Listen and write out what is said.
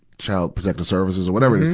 child protective services or whatever it is.